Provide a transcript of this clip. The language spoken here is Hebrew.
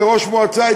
כראש מועצה,